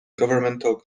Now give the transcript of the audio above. governmental